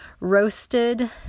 roasted